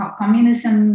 communism